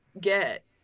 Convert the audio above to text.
get